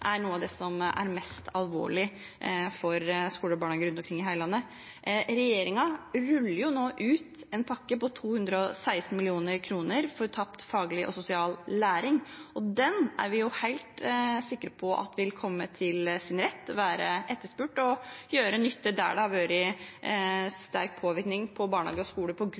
er mest alvorlig for skoler og barnehager rundt omkring i hele landet. Regjeringen ruller nå ut en pakke på 216 mill. kr for tapt faglig og sosial læring, og den er vi helt sikre på at vil komme til sin rett, være etterspurt og gjøre nytte der det har vært sterk påvirkning på barnehage og skole på grunn